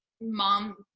mom